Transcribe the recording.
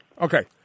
Okay